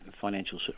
financial